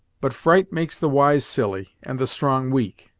but fright makes the wise silly, and the strong weak.